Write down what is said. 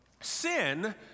Sin